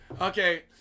okay